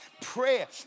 Prayer